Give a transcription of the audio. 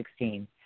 2016